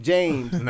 James